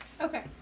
okay